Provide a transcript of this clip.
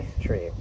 tree